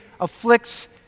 afflicts